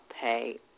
pay